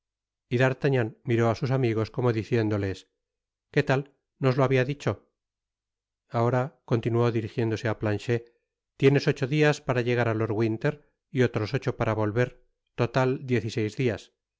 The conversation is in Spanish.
d'artagnan miró á sus amigos como diciéndoles qué tal no os lo habia dicho ahora continuó dirijiéndose á planchet tienes ocho dias para llegar á lord winter y otros ocho para volver total diez